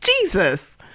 Jesus